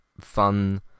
fun